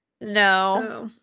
No